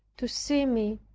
to see me,